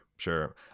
Sure